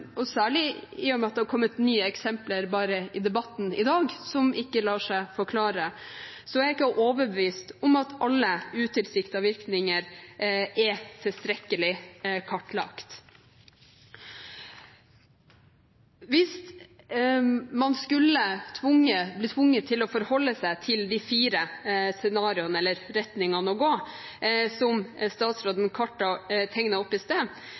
særlig i og med at det har kommet nye eksempler bare i debatten i dag som ikke lar seg forklare, at alle utilsiktede virkninger er tilstrekkelig kartlagt. Hvis man skulle bli tvunget til å forholde seg til de fire scenarioene, eller retningene å gå, som statsråden tegnet opp i sted